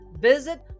Visit